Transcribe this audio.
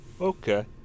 Okay